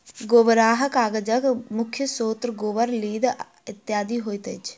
गोबराहा कागजक मुख्य स्रोत गोबर, लीद इत्यादि होइत अछि